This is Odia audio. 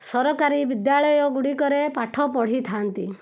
ସରକାରୀ ବିଦ୍ୟାଳୟଗୁଡ଼ିକରେ ପାଠ ପଢ଼ିଥାନ୍ତି